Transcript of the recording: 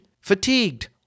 fatigued